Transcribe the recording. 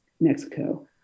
Mexico